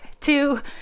two